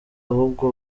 ahubwo